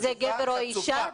אם זה גבר או אישה?